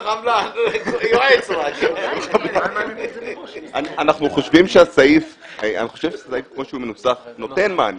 אנחנו חושבים שהסעיף כפי שמנוסח נותן מענה.